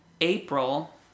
April